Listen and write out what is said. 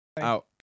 out